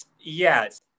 Yes